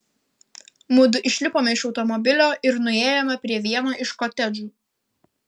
mudu išlipome iš automobilio ir nuėjome prie vieno iš kotedžų